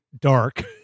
dark